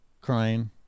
crying